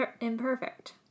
imperfect